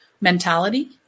mentality